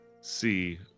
see